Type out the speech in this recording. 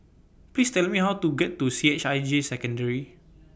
Please Tell Me How to get to C H I J Secondary